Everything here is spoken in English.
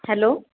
hello